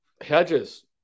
Hedges